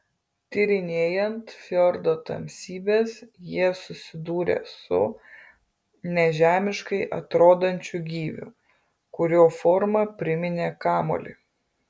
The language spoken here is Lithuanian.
tyrinėjant fjordo tamsybes jie susidūrė su nežemiškai atrodančiu gyviu kurio forma priminė kamuolį